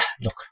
look